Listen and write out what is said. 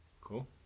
Cool